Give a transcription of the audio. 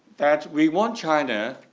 that we want china